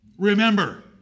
Remember